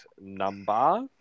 number